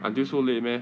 until so late meh